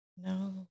No